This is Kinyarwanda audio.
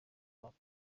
bombi